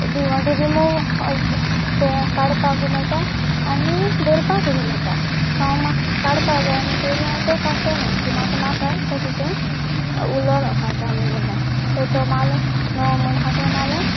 do you want to remove हय तें काडपाकूय मेळटा आनी दवरपाकूय बी मेळटा सो हांव म्हाका काडपाक जाय म्हणटरी हांव तो काडटलें की म्हाका नाका तो तातूंत उरलेलो कार्टां म्हगेल्या सो तो मारलें नो म्हूण आसा तें मारलें